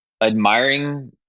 admiring